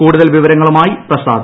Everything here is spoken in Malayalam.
കൂടുതൽ വിവരങ്ങളുമായി പ്രസാദ്